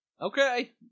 okay